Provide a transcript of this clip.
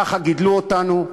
ככה גידלו אותנו,